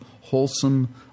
wholesome